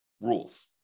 rules